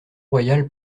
royale